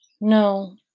No